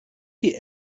die